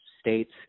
states